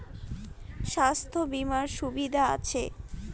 স্বাস্থ্য বিমার সুবিধা আছে?